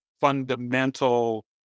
fundamental